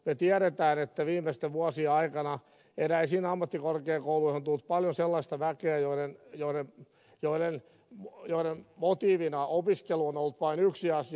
me tiedämme että viimeisten vuosien aikana eräisiin ammattikorkeakouluihin on tullut paljon sellaista väkeä jonka motiivina opiskeluun on ollut vain yksi asia